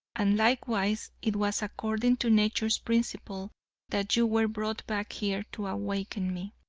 and likewise it was according to nature's principle that you were brought back here to awaken me.